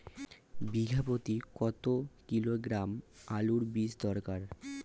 বিঘা প্রতি কত কিলোগ্রাম আলুর বীজ দরকার?